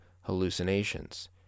hallucinations